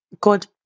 God